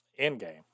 Endgame